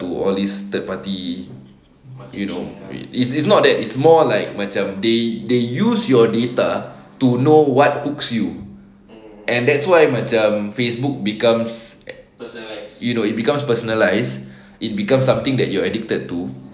to all these third party you know it's it's not that it's more like macam they they use your data to know what hooks you and that's why macam Facebook becomes like you know it becomes personalise it becomes something that you are addicted to